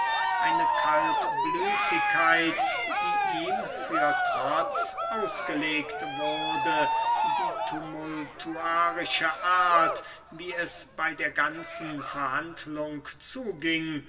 eine kaltblütigkeit die ihm für trotz ausgelegt wurde die tumultuarische art wie es bey der ganzen verhandlung zuging